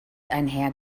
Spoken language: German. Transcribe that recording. einher